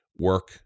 work